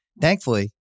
Thankfully